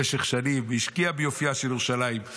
במשך שנים הוא השקיע ביופייה של ירושלים.